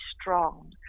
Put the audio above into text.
strong